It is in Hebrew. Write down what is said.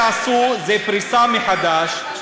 ומה שעשו זה פריסה מחדש,